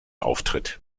auftritt